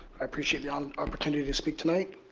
i appreciate the um opportunity to speak tonight.